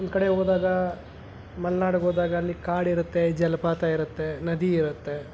ಒಂದು ಕಡೆ ಹೋದಾಗ ಮಲ್ನಾಡಿಗೆ ಹೋದಾಗ ಅಲ್ಲಿ ಕಾಡು ಇರುತ್ತೆ ಜಲಪಾತ ಇರುತ್ತೆ ನದಿ ಇರುತ್ತೆ